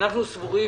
אנו סבורים